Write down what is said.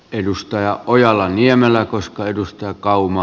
edustaja ojala niemelä koska edustaja kauma